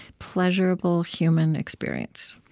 pleasurable human experience